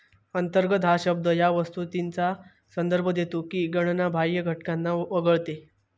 अंतर्गत हा शब्द या वस्तुस्थितीचा संदर्भ देतो की गणना बाह्य घटकांना वगळते